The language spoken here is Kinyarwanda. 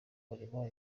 urimo